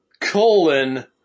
colon